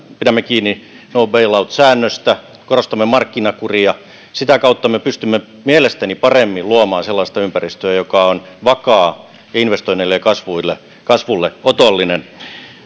pidämme kiinni no bail out säännöstä korostamme markkinakuria sitä kautta me pystymme mielestäni paremmin luomaan sellaista ympäristöä joka on vakaa investoinneille ja kasvulle kasvulle otollinen